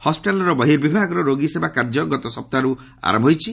ହସ୍କିଟାଲ୍ର ବହିର୍ବିଭାଗର ରୋଗୀସେବା କାର୍ଯ୍ୟ ଗତ ସପ୍ତାହରୁ ଆରମ୍ଭ ହୋଇଛି